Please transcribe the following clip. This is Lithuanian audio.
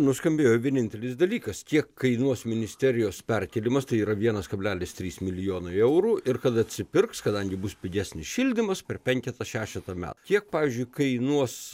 nuskambėjo vienintelis dalykas kiek kainuos ministerijos perkėlimas tai yra vienas kablelis trys milijonai eurų ir kad atsipirks kadangi bus pigesnis šildymas per penketą šešetą metų kiek pavyzdžiui kainuos